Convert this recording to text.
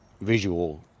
visual